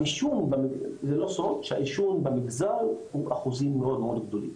העישון זה לא סוד שהעישון במגזר הוא אחוזים מאוד גדולים,